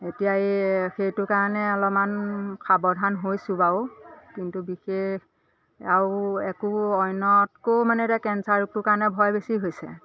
এতিয়াই এই সেইটো কাৰণে অলপমান সাৱধান হৈছোঁ বাৰু কিন্তু বিশেষ আৰু একো অন্যতকৈ মানে এতিয়া কেঞ্চাৰ ৰোগটোৰ কাৰণে ভয় বেছি হৈছে